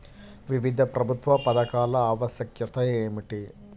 వివిధ ప్రభుత్వా పథకాల ఆవశ్యకత ఏమిటి?